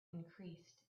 increased